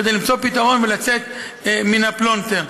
כדי למצוא פתרון ולצאת מן הפלונטר.